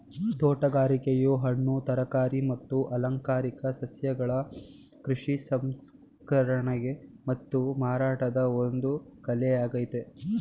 ತೋಟಗಾರಿಕೆಯು ಹಣ್ಣು ತರಕಾರಿ ಮತ್ತು ಅಲಂಕಾರಿಕ ಸಸ್ಯಗಳ ಕೃಷಿ ಸಂಸ್ಕರಣೆ ಮತ್ತು ಮಾರಾಟದ ಒಂದು ಕಲೆಯಾಗಯ್ತೆ